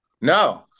No